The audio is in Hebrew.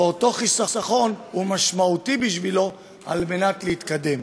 ואותו חיסכון הוא משמעותי בשבילו כדי להתקדם.